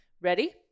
ready